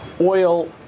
oil